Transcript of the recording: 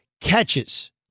catches